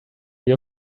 your